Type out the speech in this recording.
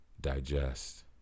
digest